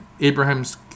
Abraham's